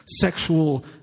sexual